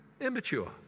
Immature